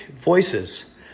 voices